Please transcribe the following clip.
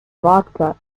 vodka